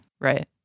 Right